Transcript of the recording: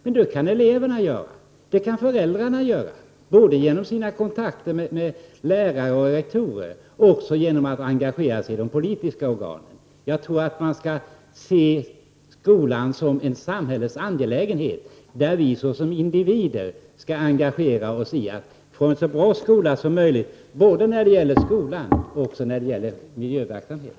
Men det kan eleverna göra, och det kan föräldrarna göra både genom sina kontakter med lärare och rektorer och genom sitt engagemang i de politiska organen. Jag tycker att man skall se skolan som en samhällets angelägenhet, där vi som individer skall engagera oss så att vi får en bra skola både när det gäller undervisning och när det gäller miljöverksamhet.